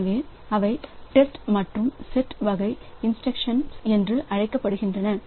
எனவே அவை டெஸ்ட் மற்றும் செட் வகை இன்ஸ்டிரக்ஷன்ஸ் என்றும் அழைக்கப்படுகின்றன